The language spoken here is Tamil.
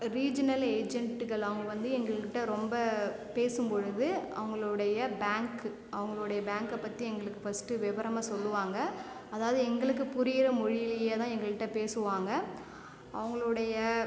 ரீஜினல் ஏஜென்ட்டுகள் அவங்க வந்து எங்கள்கிட்ட ரொம்ப பேசும்பொழுது அவங்களோடைய பேங்க்கு அவங்களோடைய பேங்க்கை பற்றி எங்களுக்கு ஃபர்ஸ்ட்டு விவரமாக சொல்லுவாங்க அதாவது எங்களுக்கு புரியிற மொழியிலயேதான் எங்கள்ட்ட பேசுவாங்க அவங்களுடைய